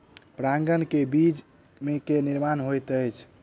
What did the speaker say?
परागन में बीज के निर्माण होइत अछि